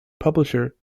publisher